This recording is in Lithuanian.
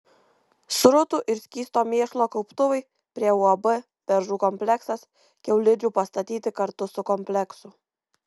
srutų ir skysto mėšlo kauptuvai prie uab beržų kompleksas kiaulidžių pastatyti kartu su kompleksu